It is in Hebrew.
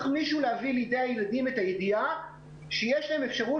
מישהו צריך לידי הילדים את הידיעה שיש להם אפשרות